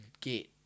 get